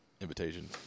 invitation